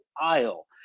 aisle